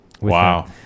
Wow